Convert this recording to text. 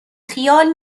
خیال